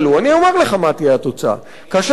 אני אומר לך מה תהיה התוצאה, כאשר אנשים,